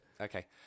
Okay